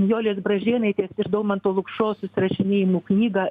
nijolės bražėnaitės ir daumanto lukšos susirašinėjimų knygą